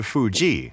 Fuji